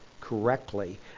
correctly